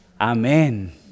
Amen